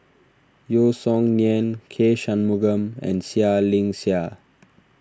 Yeo Song Nian K Shanmugam and Seah Liang Seah